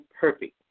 perfect